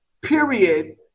period